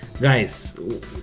Guys